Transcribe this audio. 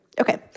Okay